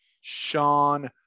Sean